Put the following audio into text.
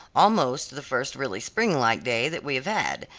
almost the first really springlike day that we have had,